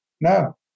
No